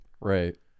Right